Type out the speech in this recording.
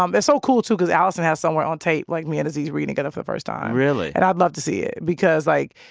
um it's so cool too because allison has somewhere on tape, like, me and aziz reading together but for the first time really? and i'd love to see it because, like,